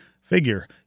figure